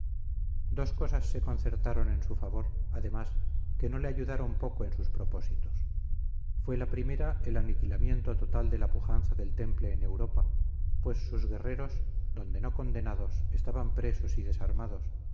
dos cosas se concertaron en su favor además que no le ayudaron poco en sus propósitos fue la primera el aniquilamiento total de la pujanza del temple en europa pues sus guerreros donde no condenados estaban presos y desarmados